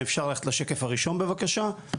אם אפשר ללכת לשקף הראשון בבקשה.